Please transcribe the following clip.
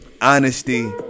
honesty